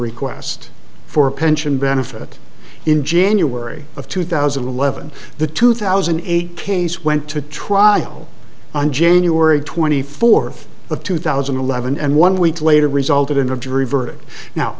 request for a pension benefit in january of two thousand and eleven the two thousand eight cans went to trial on january twenty fourth of two thousand and eleven and one week later resulted in